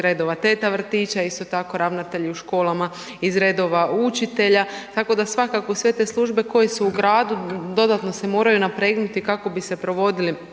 redova teta vrtića, isto tako ravnatelji u školama iz redova učitelja tako da svakako sve te služe koje su u gradu dodatno se moraju napregnuti kako bi se provodili